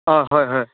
অঁ হয় হয়